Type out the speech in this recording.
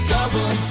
Double